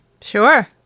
Sure